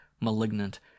malignant